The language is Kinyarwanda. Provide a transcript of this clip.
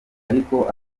ariko